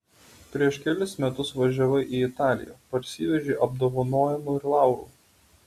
prieš kelis metus važiavai į italiją parsivežei apdovanojimų ir laurų